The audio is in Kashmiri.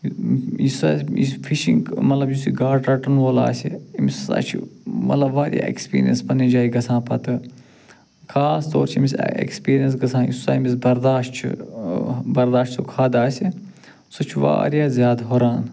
یُس ہسا اسہِ یُس فِشِنگ مطلب یُس یہِ گاڈٕ رٹن وول آسہِ أمِس ہسا چھُ مطلب واریاہ ایٚکٕسپیرینٕس پنٕنہِ جایہِ گژھان پتہٕ خاص طور چھِ أمِس ایٚکٕسپیرینٕس گژھان یُس ہسا امِس برداشت چھُ ٲں برداشُک حد آسہِ سُہ چھُ واریاہ زیادٕ ہُران